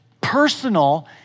personal